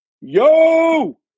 yo